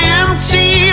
empty